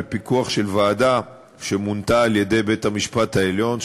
בפיקוח של ועדה שמונתה על-ידי בית-המשפט העליון,